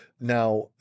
Now